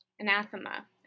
anathema